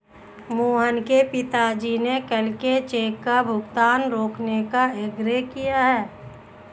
मोहन के पिताजी ने कल के चेक का भुगतान रोकने का आग्रह किए हैं